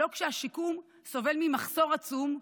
לא כשהשיקום סובל ממחסור עצום,